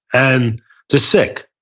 and the sick.